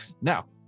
Now